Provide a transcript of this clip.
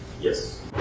Yes